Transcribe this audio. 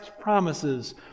promises